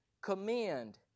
commend